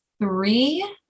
three